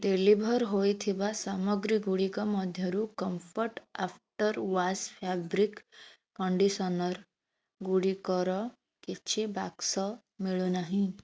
deliver ହୋଇଥିବା ସାମଗ୍ରୀଗୁଡ଼ିକ ମଧ୍ୟରୁ Comfort after wash fabric conditioner ଗୁଡ଼ିକର କିଛି ବାକ୍ସ ମିଳୁନାହିଁ